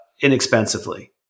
inexpensively